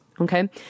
Okay